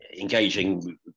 engaging